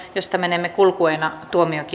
josta menemme kulkueena tuomiokirkkoon